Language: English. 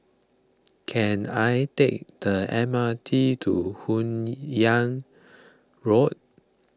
can I take the M R T to Hun Yeang Road